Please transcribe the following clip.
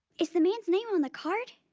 is the man's name on the card?